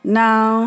now